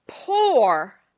poor